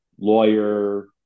Lawyer